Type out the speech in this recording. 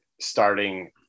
starting